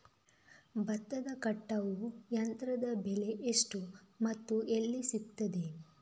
ಭತ್ತದ ಕಟಾವು ಯಂತ್ರದ ಬೆಲೆ ಎಷ್ಟು ಮತ್ತು ಎಲ್ಲಿ ಸಿಗುತ್ತದೆ?